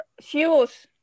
shoes